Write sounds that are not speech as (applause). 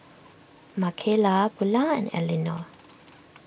(noise) Makayla Bulah and Eleanor